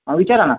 हो विचारा ना